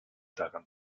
daran